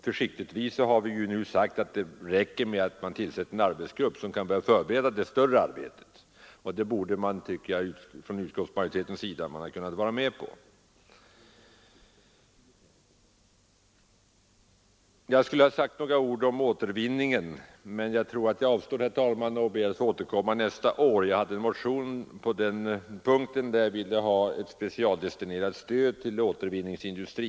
Försiktigtvis har vi, som sagts, ansett att det nu räcker med att man tillsätter en arbetsgrupp, som kan börja förbereda det större arbetet. Det borde utskottsmajoriteten ha kunnat vara med på. Jag hade velat säga några ord om återvinning, men jag avstår från det, herr talman, och ber att få återkomma nästa år. Jag har avlämnat en motion i år, där jag yrkat på ett specialdestinerat stöd till återvinningsindustrin.